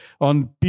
on